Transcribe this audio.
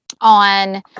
on